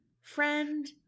friend